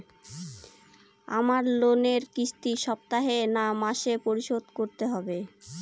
আমার লোনের কিস্তি সপ্তাহে না মাসে পরিশোধ করতে হবে?